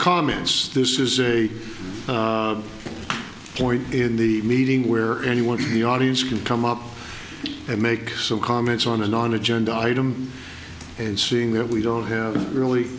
comments this is a point in the meeting where anyone in the audience can come up and make some comments on and on agenda item and seeing that we don't have really